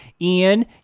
Ian